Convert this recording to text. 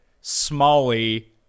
Smalley